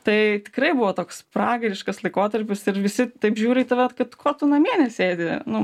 tai tikrai buvo toks pragariškas laikotarpis ir visi taip žiūri į tave kad ko tu namie nesėdi nu